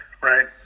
right